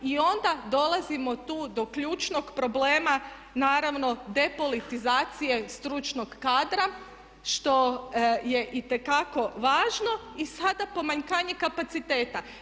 I onda dolazimo tu do ključnog problema, naravno depolitizacije stručnog kadra što je itekako važno i sada pomanjkanje kapaciteta.